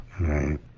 Right